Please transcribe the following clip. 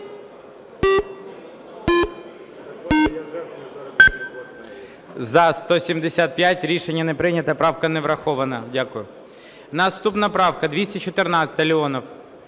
За-175 Рішення не прийнято, правка не врахована. Дякую. Наступна правка 214, Леонов.